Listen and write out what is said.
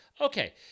okay